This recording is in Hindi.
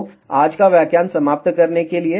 तो आज का व्याख्यान समाप्त करने के लिए